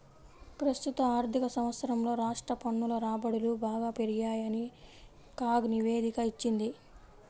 ప్రస్తుత ఆర్థిక సంవత్సరంలో రాష్ట్ర పన్నుల రాబడులు బాగా పెరిగాయని కాగ్ నివేదిక ఇచ్చింది